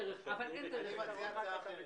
עוד דרישה שיביאו את כל -- המענק וכל מה שנלווה לזה.